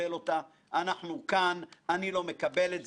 מאוד שיש בתגובתו של נגיד בנק ישראל.